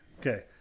Okay